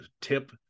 tip